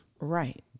Right